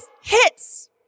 hits